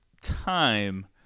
time